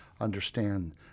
understand